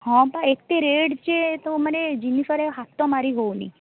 ହଁ ପା ଏତେ ରେଟ୍ ଯେ ତ ମାନେ ଜିନିଷରେ ହାତ ମାରି ହେଉନି